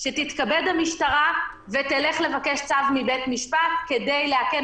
שתתכבד המשטרה ותלך לבקש צו מבית-משפט כדי לאכן